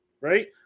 Right